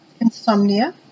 insomnia